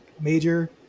major